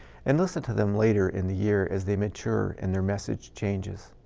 and listen to them later in the year as they mature and their message changes.